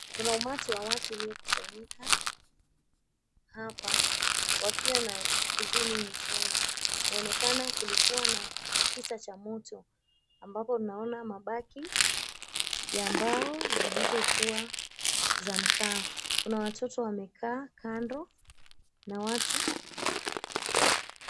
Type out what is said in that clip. Kuna umati wa watu uliokusanyika hapa, wakiwa na huzuni nyusoni. Inaonekana kulikuwa na kisa cha moto, ambapo mna mabaki ya mbao zilizokuwa za mkaa. Kuna watoto wamekaa kando na watu.